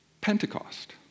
Pentecost